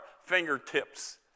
fingertips